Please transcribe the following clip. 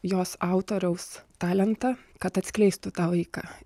jos autoriaus talentą kad atskleistų tą laiką